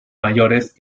mayores